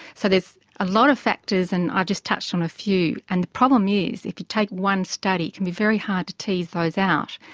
so there's a lot factors, and i ah just touched on a few. and the problem is, if you take one study it can be very hard to tease those out,